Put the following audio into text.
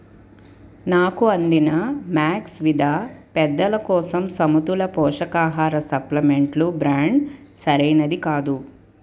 నాకు అందిన మ్యాక్స్విదా పెద్దల కోసం సమతుల్య పోషక ఆహార సప్లమెంట్లు బ్రాండ్ సరైనది కాదు